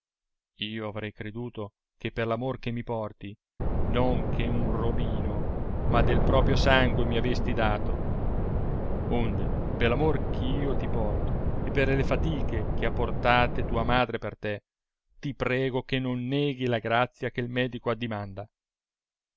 io avrei creduto che per l'amor che mi porti non che un robino ma del proprio sangue mi avesti dato onde per amor che io ti porto e per le fallche che ha portate tua madre per te ti prego che non neghi la grazia che il medico addimanda